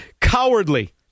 cowardly